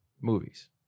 movies